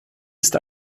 ist